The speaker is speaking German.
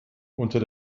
unter